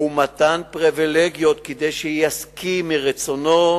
ומתן פריווילגיות כדי שיסכים מרצונו,